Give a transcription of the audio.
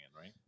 right